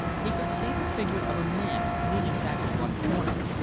he could see the figure of a man leaning back in one corner,